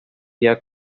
guía